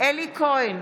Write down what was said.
אלי כהן,